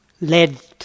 led